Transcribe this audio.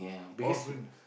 offered